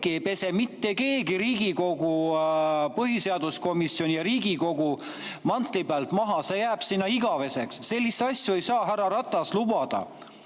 ei pese mitte keegi Riigikogu põhiseaduskomisjoni ja Riigikogu mantli pealt maha. See jääb sinna igaveseks. Selliseid asju ei saa, härra Ratas, lubada,